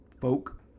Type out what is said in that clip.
folk